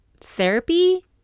therapy